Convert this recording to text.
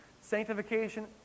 sanctification